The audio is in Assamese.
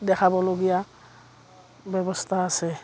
দেখাবলগীয়া ব্যৱস্থা আছে